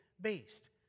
based